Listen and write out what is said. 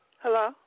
Hello